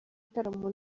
bitaramo